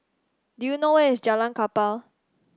do you know where is Jalan Kapal